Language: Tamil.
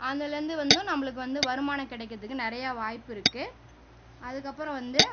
அதுலேர்ந்து வந்தும் நம்பளுக்கு வந்து வருமானம் கிடைக்கறதுக்கு நிறையா வாய்ப்புருக்கு அதற்கப்பறம் வந்து